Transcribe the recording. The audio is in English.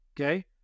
Okay